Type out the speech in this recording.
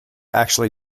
actually